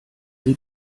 sie